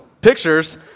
pictures